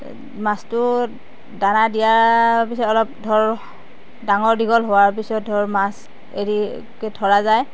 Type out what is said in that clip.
মাছটোক দানা দিয়াৰ পিছত অলপ পিছত ধৰক ডাঙৰ দীঘল হোৱাৰ পিছত ধৰক মাছ এৰি ধৰা যায়